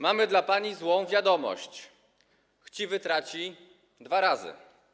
Mamy dla pani złą wiadomość: chciwy traci dwa razy.